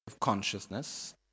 consciousness